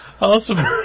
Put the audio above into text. Awesome